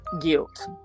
guilt